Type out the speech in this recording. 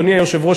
אדוני היושב-ראש,